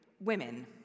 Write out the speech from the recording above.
women